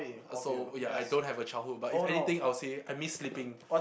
uh so ya I don't have a childhood but if anything I'll say I miss sleeping